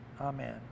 amen